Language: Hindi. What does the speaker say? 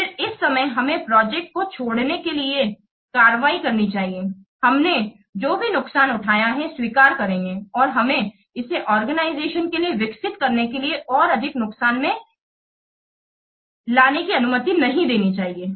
फिर इस समय हमें प्रोजेक्ट को छोड़ने के लिए कार्रवाई करनी चाहिए हमने जो भी नुकसान उठाया है स्वीकार करेंगे और हमें इसे ऑर्गेनाइजेशन के लिए विकसित करने के लिए और अधिक नुकसान में लाने की अनुमति नहीं देनी चाहिए